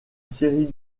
série